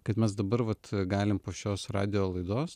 kad mes dabar vat galim po šios radijo laidos